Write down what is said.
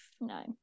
No